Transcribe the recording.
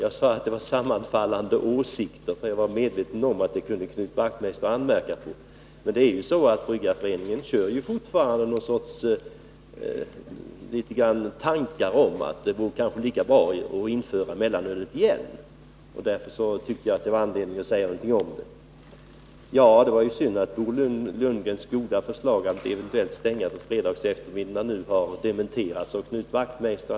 Jag sade att det var sammanfallande åsikter, för jag var medveten om att det andra uttryckssättet skulle Knut Wachtmeister ha kunnat anmärka på. Men det är ju så att Bryggareföreningen fortfarande framför en del tankar om att det vore lika bra att införa mellanölet igen. Därför tyckte jag att det fanns anledning att säga någonting om detta. Det var ju synd att Bo Lundgrens goda förslag att eventuellt stänga på fredagseftermiddagen nu har dementerats av Knut Wachtmeister.